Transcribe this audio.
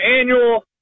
annual